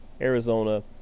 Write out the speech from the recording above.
Arizona